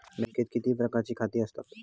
बँकेत किती प्रकारची खाती असतत?